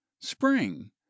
spring